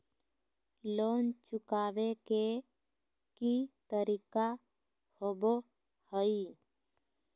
Loan चुकाबे के की तरीका होबो हइ?